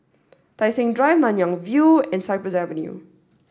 Tai Seng Drive Nanyang View and Cypress Avenue